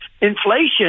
Inflation